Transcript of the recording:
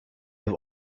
have